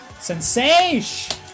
Sensation